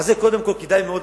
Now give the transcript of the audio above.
אז זה קודם כול כדאי מאוד,